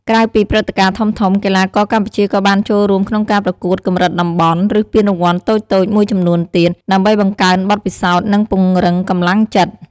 ក្រៅពីព្រឹត្តិការណ៍ធំៗ កីឡាករកម្ពុជាក៏បានចូលរួមក្នុងការប្រកួតកម្រិតតំបន់ ឬពានរង្វាន់តូចៗមួយចំនួនទៀត ដើម្បីបង្កើនបទពិសោធន៍ និងពង្រឹងកម្លាំងចិត្ត។